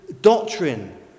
doctrine